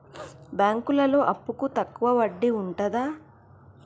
బ్యాంకులలో అప్పుకు తక్కువ వడ్డీ ఉంటదా?